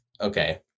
Okay